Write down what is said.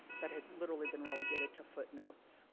that had literally been relegated to footnotes.